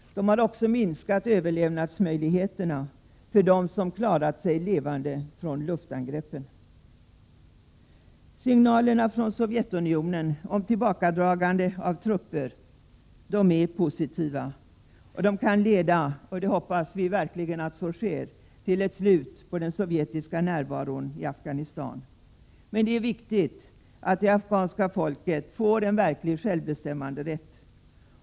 De har också minskat överlevnadsmöjligheterna för dem som klarat sig levande från luftangreppen. Signalerna från Sovjetunionen om tillbakadragande av trupper är positiva. Vi hoppas verkligen att de skall leda till ett slut på den sovjetiska närvaron i Afghanistan. Men det är viktigt att det afghanska folket får en verklig självbestämmanderätt.